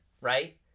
right